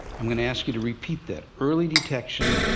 i'm going to ask you to repeat that early detection,